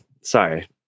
Sorry